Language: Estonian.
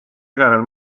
tagajärjel